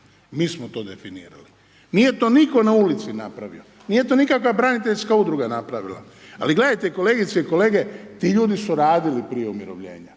mi smo to definirali. Nije to nitko na ulici napravio, nije to nikakva braniteljska udruga napravila ali gledajte kolegice i kolege, ti ljudi su radili prije umirovljenja,